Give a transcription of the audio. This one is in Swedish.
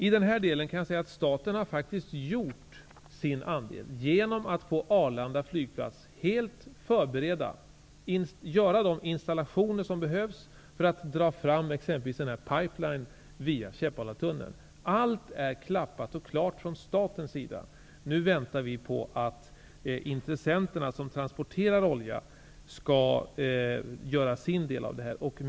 I den här delen har staten faktiskt gjort sin andel genom att på Arlanda flygplats helt förbereda och göra de installationer som behövs för att dra fram en pipe line via Käppalatunneln. Allt är klappat och klart från statens sida. Nu väntar vi på att intressenterna som transporterar olja skall göra sin del av detta.